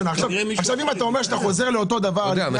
אם אתה אומר שאתה חוזר לאותו הדבר כמו